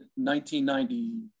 1990